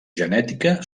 genètica